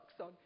on